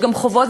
יש גם חובות,